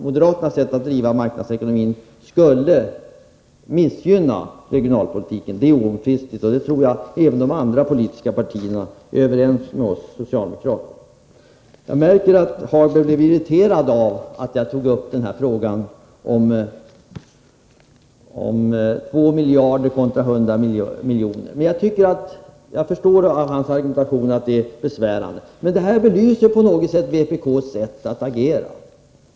Moderaternas sätt att driva marknadsekonomin skulle missgynna regionalpolitiken. Det är oomtvistligt. Det tror jag att de andra politiska partierna är överens med oss socialdemokrater om. Jag märker att Lars-Ove Hagberg blev irriterad när jag tog upp frågan om 2 miljarder kontra 100 miljoner. Jag förstår emellertid av Hagbergs argumentation, att frågan är besvärande. Men det här belyser på något sätt vpk:s sätt att agera.